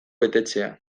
betetzea